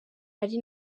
hari